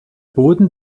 boden